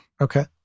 Okay